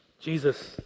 Jesus